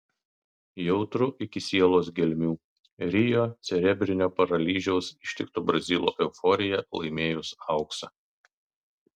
jautru iki sielos gelmių rio cerebrinio paralyžiaus ištikto brazilo euforija laimėjus auksą